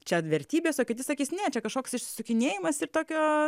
čia vertybės o kiti sakys ne čia kažkoks išsisukinėjimas ir tokio